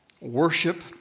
worship